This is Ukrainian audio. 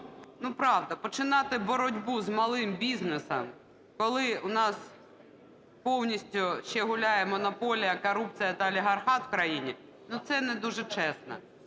ну, правда, починати боротьбу з малим бізнесом, коли у нас повністю ще гуляє монополія, корупція та олігархат в країні, ну, це не дуже чесно.